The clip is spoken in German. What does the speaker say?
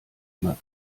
immer